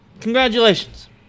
Congratulations